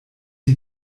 die